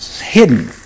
hidden